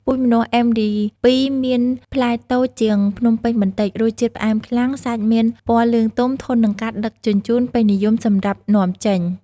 ពូជម្នាស់ MD2 មានផ្លែតូចជាងភ្នំពេញបន្តិច រសជាតិផ្អែមខ្លាំង សាច់មានពណ៌លឿងទុំ ធន់នឹងការដឹកជញ្ជូន ពេញនិយមសម្រាប់នាំចេញ។